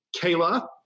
Kayla